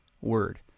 word